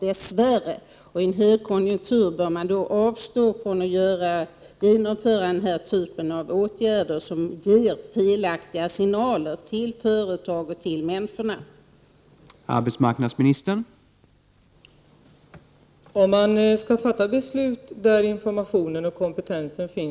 I en högkonjunktur bör man därför avstå från att genomföra den här typen av åtgärder som ger felaktiga signaler till företag och till enskilda människor.